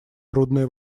трудные